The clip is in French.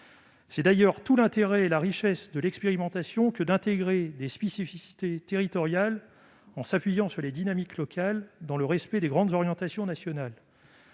C'est d'ailleurs tout l'intérêt et toute la richesse de l'expérimentation que d'intégrer des spécificités territoriales en s'appuyant sur les dynamiques locales dans le respect des grandes orientations nationales.